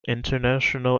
international